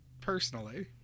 personally